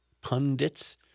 pundits